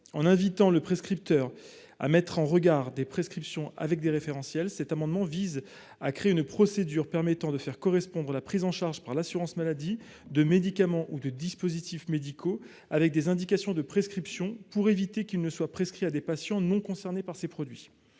En invitant le prescripteur à mettre en regard ses prescriptions avec des référentiels, cet amendement vise à créer une procédure permettant de faire correspondre la prise en charge par l’assurance maladie de médicaments ou de dispositifs médicaux avec des indications de prescription, afin d’éviter que ces produits ne soient prescrits à des patients non concernés. Pour